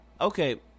Okay